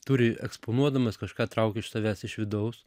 turi eksponuodamas kažką traukt iš savęs iš vidaus